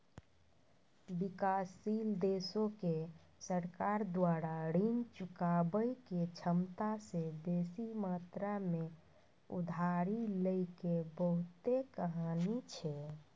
विकासशील देशो के सरकार द्वारा ऋण चुकाबै के क्षमता से बेसी मात्रा मे उधारी लै के बहुते कहानी छै